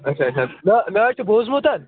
اَچھا اَچھا مےٚ مےٚ حظ چھُ بوٗزمُت